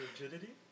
Rigidity